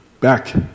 back